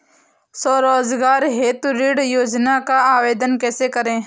स्वरोजगार हेतु ऋण योजना का आवेदन कैसे करें?